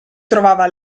trovava